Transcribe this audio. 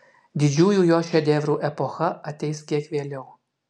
didžiųjų jo šedevrų epocha ateis kiek vėliau